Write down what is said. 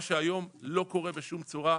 מה שהיום לא קורה בשום צורה,